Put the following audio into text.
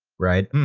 right.